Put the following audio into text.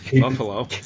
Buffalo